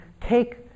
take